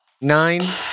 Nine